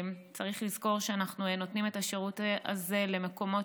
צריך לזכור שאנחנו נותנים את השירות הזה למקומות